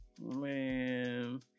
Man